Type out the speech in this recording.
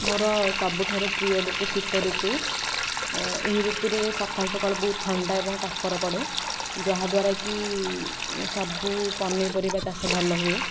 ମୋର ସବୁଠାରୁ ପ୍ରିୟ ଋତୁ ଶୀତଋତୁ ଏହିଋତୁରେ ସକାଳୁ ସକାଳୁ ବହୁତ ଥଣ୍ଡା ଏବଂ କାକର ପଡ଼େ ଯାହାଦ୍ୱାରା କି ସବୁ ପନିପରିବା ଚାଷ ଭଲ ହୁଏ